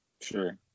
Sure